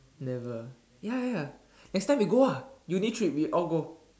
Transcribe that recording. never ya ya ya next time we go uni three we all go